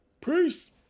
Peace